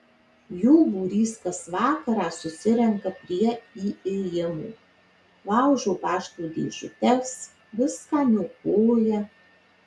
jų būrys kas vakarą susirenka prie įėjimo laužo pašto dėžutes viską niokoja